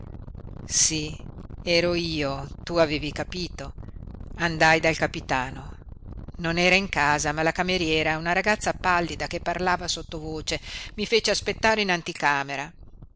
sí ero io tu avevi capito andai dal capitano non era in casa ma la cameriera una ragazza pallida che parlava sottovoce mi fece aspettare in anticamera